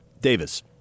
Davis